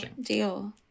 deal